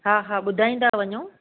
हा हा ॿुधाईंदा वञो